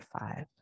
five